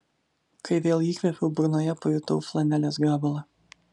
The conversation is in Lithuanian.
kai vėl įkvėpiau burnoje pajutau flanelės gabalą